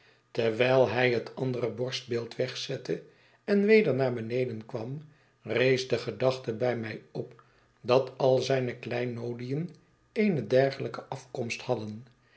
terwijl hi het andere borstbeeld wegzette en weder naar beneden kwam rees de gedachte bij mij op dat al zijne kleinoodien eene dergelijke afkomst hadden